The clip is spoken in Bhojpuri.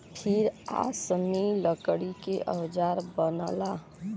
फिर आसमी लकड़ी के औजार बनला